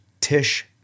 Tish